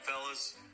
fellas